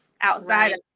outside